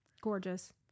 Gorgeous